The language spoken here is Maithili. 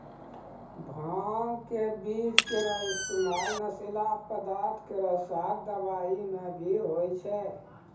भांग क बीज केरो इस्तेमाल नशीला पदार्थ केरो साथ दवाई म भी होय छै